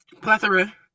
Plethora